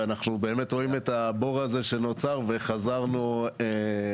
ואנחנו באמת רואים את הבור הזה שנוצר וחזרנו למקום.